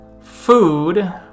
food